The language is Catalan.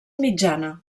mitjana